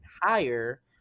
higher